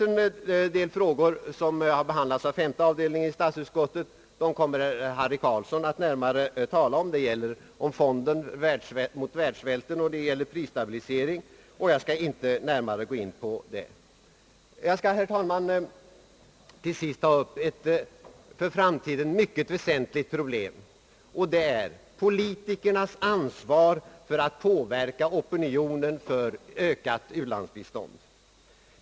En del frågor, som har behandlats av femte avdelningen i statsutskottet, kommer herr Harry Carlsson att närmare tala om. Det gäller bl.a. fonden mot världssvälten och frågan om prisstabilisering. Jag skall därför inte gå in på dem. Till sist skall jag, herr talman, ta upp ett för framtiden mycket väsentligt problem, nämligen politikernas an svar för att påverka opinionen för ökat u-landsbistånd.